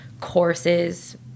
courses